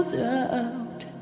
doubt